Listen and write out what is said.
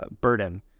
burden